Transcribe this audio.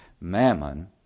mammon